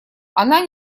она